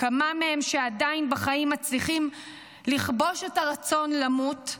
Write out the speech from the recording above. מהם שעדיין בחיים מצליחים לכבוש את הרצון למות.